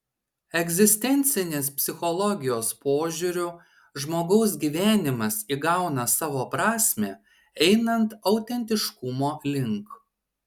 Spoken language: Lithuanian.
egzistencinės psichologijos požiūriu žmogaus gyvenimas įgauna savo prasmę einant autentiškumo link